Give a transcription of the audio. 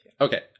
Okay